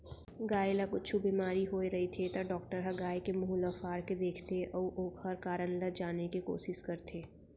गाय ल कुछु बेमारी होय रहिथे त डॉक्टर ह गाय के मुंह ल फार के देखथें अउ ओकर कारन ल जाने के कोसिस करथे